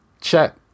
check